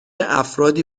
افرادی